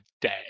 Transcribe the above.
day